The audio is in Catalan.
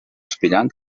aspirant